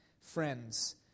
friends